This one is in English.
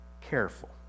careful